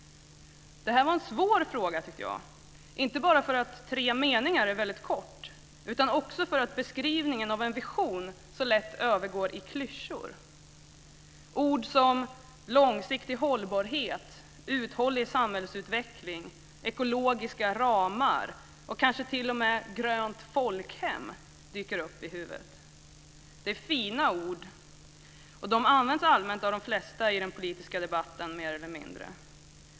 Det var en svår fråga, tyckte jag. Det är inte bara så att tre meningar är väldigt kort, utan det är också så att beskrivningen av en vision lätt övergår i klyschor. Ord som "långsiktig hållbarhet", "uthållig samhällsutveckling", "ekologiska ramar" och kanske t.o.m. "grönt folkhem" dyker upp i huvudet. Det är fina ord, och de används mer eller mindre allmänt av de flesta i den politiska debatten.